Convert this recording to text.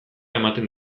ematen